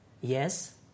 Yes